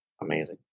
Amazing